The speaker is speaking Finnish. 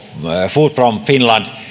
food from finland